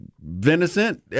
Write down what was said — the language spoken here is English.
venison